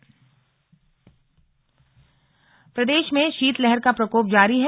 मौसम प्रदेश में शीतलहर का प्रकोप जारी है